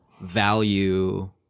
value